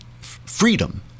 freedom